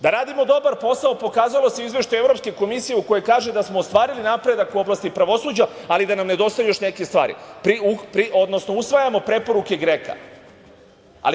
Da radimo dobar posao pokazalo se u Izveštaju Evropske komisije koja kaže da smo ostvarili napredak u oblasti pravosuđa, ali da nam nedostaju još neke stvari, odnosno usvajamo preporuke GREKO-a.